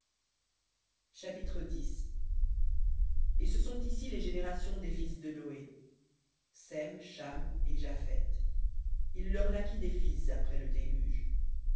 chapitre et ce sont ici les générations des fils de noé sem cham et japheth il leur naquit des fils après le déluge